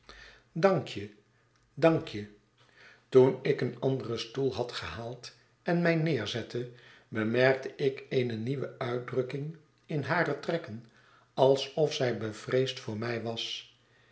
dank je dank je toen ik een anderen stoel had gehaald en mij neerzette bemerkte ik eene nieuwe uitdrukking in hare trekken alsof zij bevreesd voor mij was